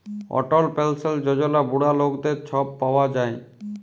অটল পেলসল যজলা বুড়া লকদের ছব পাউয়া যায়